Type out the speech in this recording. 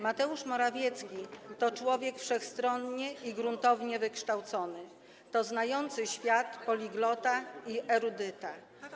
Mateusz Morawiecki to człowiek wszechstronnie i gruntownie wykształcony, to znający świat poliglota i erudyta.